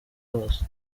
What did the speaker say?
hose